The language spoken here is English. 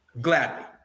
gladly